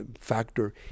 factor